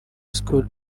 school